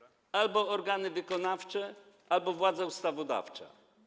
Albo organy wykonawcze, albo władza ustawodawcza.